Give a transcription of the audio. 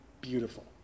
beautiful